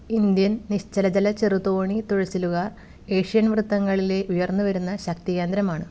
Indian നിശ്ചല ജല ചെറു തോണി തുഴച്ചിലുകാര് ഏഷ്യൻ വൃത്തങ്ങളിലെ ഉയർന്ന് വരുന്ന ശക്തി കേന്ദ്രമാണ്